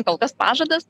kol kas pažadas